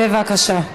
בבקשה.